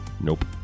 Nope